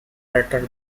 flatter